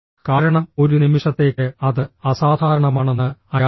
കാരണം ഒരു നിമിഷത്തേക്ക് അത് അസാധാരണമാണെന്ന് അയാൾ കരുതി